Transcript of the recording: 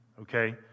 Okay